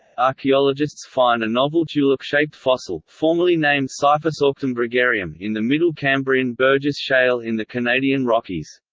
archaeologists find a novel tulip-shaped fossil, formally named siphusauctum gregarium, in the middle cambrian burgess shale in the canadian rockies.